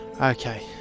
okay